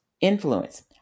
influence